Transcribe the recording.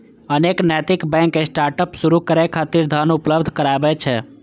अनेक नैतिक bank startup शुरू करै खातिर धन उपलब्ध कराबै छै